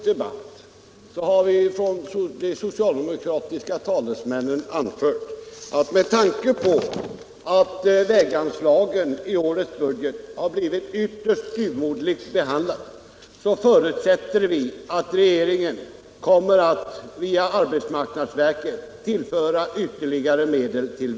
Herr talman! I dagens debatt har vi socialdemokratiska talesmän anfört att vi, med tanke på att väganslagen i årets budget blivit ytterst styvmoderligt behandlade, förutsätter att regeringen kommer att via arbetsmarknadsverket tillföra vägväsendet ytterligare medel.